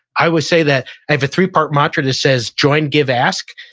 i would say that, i have a three-part mantra that says, join. give. ask.